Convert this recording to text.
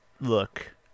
look